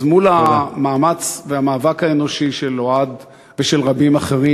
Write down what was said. אז מול המאמץ והמאבק האנושי של אוהד ושל רבים אחרים,